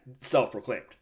self-proclaimed